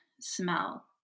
smell